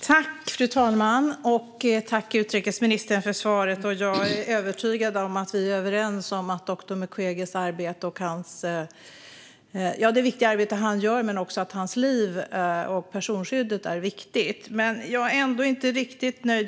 Fru talman! Tack för svaret, utrikesministern! Jag är övertygad om att vi är överens om att doktor Mukweges arbete, liv och personskydd är viktigt, men jag är ändå inte riktigt nöjd.